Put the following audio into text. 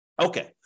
Okay